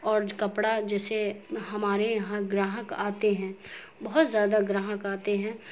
اور کپڑا جیسے ہمارے یہاں گراہک آتے ہیں بہت زیادہ گراہک آتے ہیں